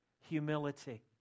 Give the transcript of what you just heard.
Humility